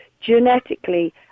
genetically